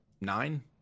Nine